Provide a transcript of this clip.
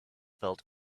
felt